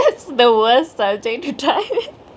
that's the worst subject to try that